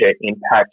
impact